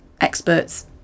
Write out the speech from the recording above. experts